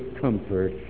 comfort